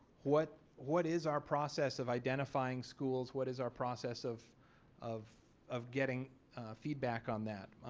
what what is our process of identifying schools what is our process of of of getting feedback on that.